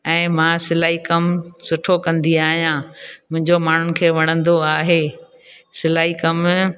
ऐं मां सिलाई कमु सुठो कंदी आहियां मुंहिंजो माण्हुनि खे वणंदो आहे सिलाई कमु